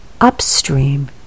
upstream